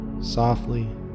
softly